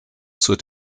zur